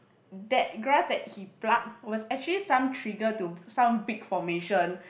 that grass that he pluck was actually some trigger to some big formation